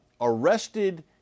arrested